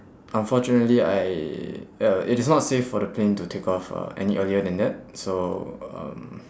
unfortunately I uh it is not safe for the plane to takeoff uh any earlier than that so um